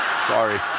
sorry